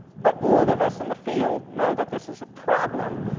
but all of us in the field know that this is a problem.